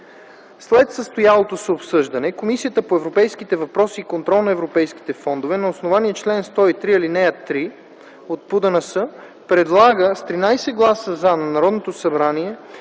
След състоялото се обсъждане Комисията по европейските въпроси и контрол на европейските фондове на основание чл. 103, ал. 3 от ПОДНС предлага с 13 гласа „за” на Народното събрание